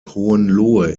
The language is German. hohenlohe